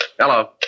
Hello